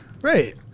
Right